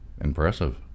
Impressive